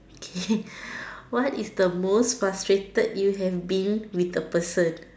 okay what is the most frustrated you have been with a person